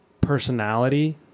personality